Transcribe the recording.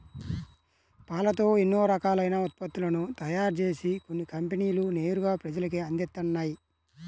పాలతో ఎన్నో రకాలైన ఉత్పత్తులను తయారుజేసి కొన్ని కంపెనీలు నేరుగా ప్రజలకే అందిత్తన్నయ్